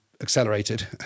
accelerated